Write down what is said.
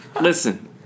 Listen